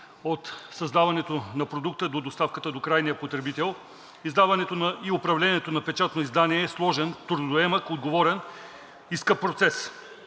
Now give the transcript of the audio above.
от създаването на продукта до доставката, до крайния потребител. Издаването и управлението на печатно издание е сложен, трудоемък, отговорен и скъп процес.